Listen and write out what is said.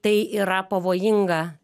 tai yra pavojinga